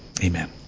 Amen